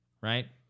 right